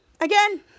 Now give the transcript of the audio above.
again